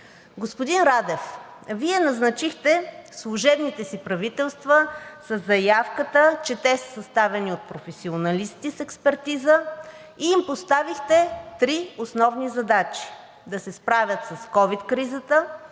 Господин Радев, Вие назначихте служебните си правителства със заявката, че те са съставени от професионалисти с експертиза и им поставихте три основни задачи: да се справят с ковид кризата;